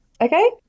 Okay